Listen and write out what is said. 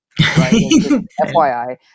FYI